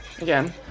Again